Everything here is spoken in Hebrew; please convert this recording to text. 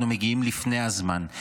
אנחנו מגיעים לפני הזמן.